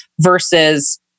versus